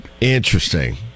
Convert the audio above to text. interesting